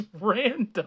random